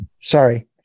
Sorry